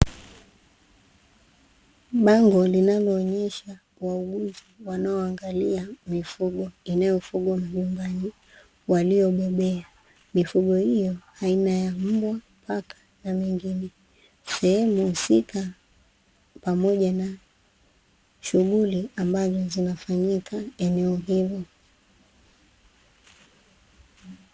Bango linaloonesha wauguzi wanaoangalia mifugo inayofugwa majumbani walio bobea, mifugo hiyo aina ya mbwa, paka na mingine sehemu husika pamoja na shughuli ambazo zinafanyika eneo hilo.